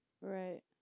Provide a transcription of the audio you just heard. right